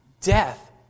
Death